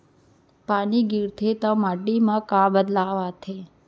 पानी गिरथे ता माटी मा का बदलाव आथे?